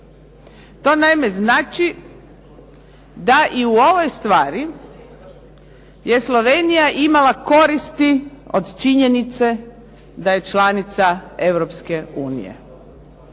To naime znači da i u ovoj stvari je Slovenija imala koristi od činjenice da je članica